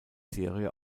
serie